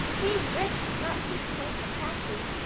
being rich does not seem to make him happy.